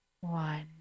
one